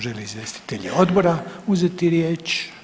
Žele li izvjestitelji odbora uzeti riječ?